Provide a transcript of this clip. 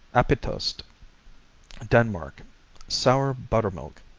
appetost denmark sour buttermilk,